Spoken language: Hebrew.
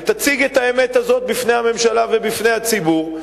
ותציג את האמת הזאת בפני הממשלה ובפני הציבור,